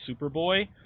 Superboy